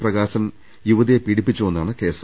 പ്രകാശൻ യുവതിയെ പീഡിപ്പിച്ചുവെന്നാണ് കേസ്